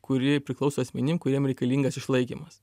kuri priklauso asmenim kuriem reikalingas išlaikymas